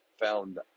found